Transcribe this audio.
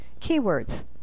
Keywords